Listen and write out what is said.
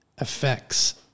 effects